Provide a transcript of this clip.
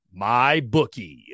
MyBookie